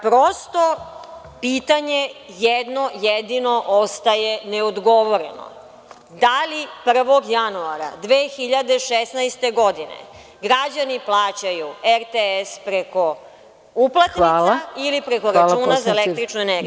Prosto pitanje, jedno jedino, ostaje neodgovoreno – da li 1. januara 2016. godine građani plaćaju RTS preko uplatnica preko računa za električnu energiju?